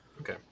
Okay